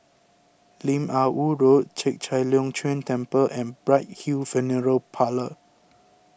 Lim Ah Woo Road Chek Chai Long Chuen Temple and Bright Hill Funeral Parlour